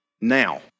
now